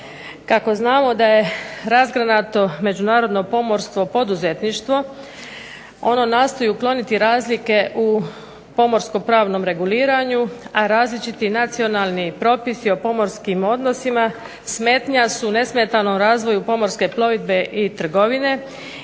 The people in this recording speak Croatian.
Kako znamo da je razgranato međunarodno pomorstvo poduzetništvo, ono nastoji ukloniti razlike u pomorsko-pravnom reguliranju, a različiti nacionalni propisi o pomorskim odnosima smetnja su nesmetanom razvoju pomorske plovidbe i trgovine